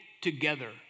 together